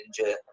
Ninja